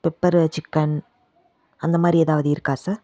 pepper chicken அந்தமாதிரி ஏதாவுது இருக்கா சார்